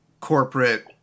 corporate